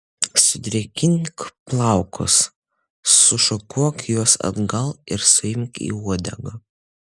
sudrėkink plaukus sušukuok juos atgal ir suimk į uodegą